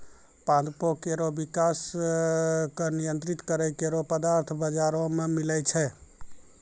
पादपों केरो विकास क नियंत्रित करै केरो पदार्थ बाजारो म मिलै छै